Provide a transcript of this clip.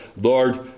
Lord